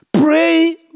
Pray